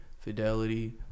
Fidelity